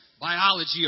biology